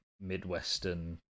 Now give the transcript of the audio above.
midwestern